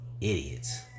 idiots